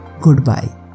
goodbye